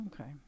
Okay